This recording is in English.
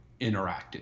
interacted